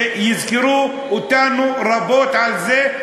ויזכרו אותנו רבות על זה,